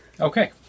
okay